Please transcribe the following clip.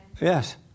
Yes